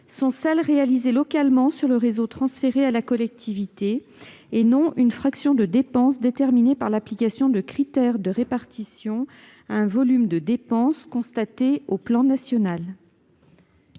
dépenses réalisées localement sur le réseau transféré à la collectivité, et non une fraction déterminée par l'application de critères de répartition à un volume de dépenses constatées au plan national.